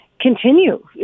continue